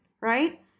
right